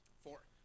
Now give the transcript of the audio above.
Four